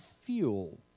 fuel